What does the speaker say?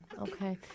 Okay